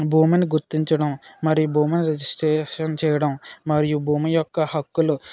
భూమిని గుర్తించడం మరియు భూమిని రిజిస్ట్రేషన్ చేయడం మరియు భూమి యొక్క హక్కులు